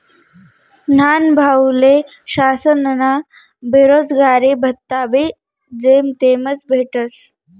न्हानभाऊले शासनना बेरोजगारी भत्ताबी जेमतेमच भेटस